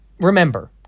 remember